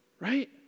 right